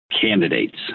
candidates